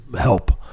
help